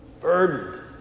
burdened